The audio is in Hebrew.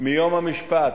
מיום המשפט.